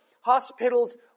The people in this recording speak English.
hospitals